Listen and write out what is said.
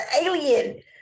alien